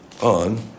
on